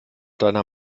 deiner